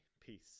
Peace